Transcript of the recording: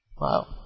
Wow